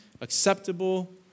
acceptable